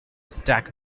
stack